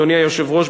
אדוני היושב-ראש,